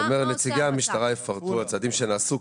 אז נציגי המשטרה יפרטו על צעדים שנעשו.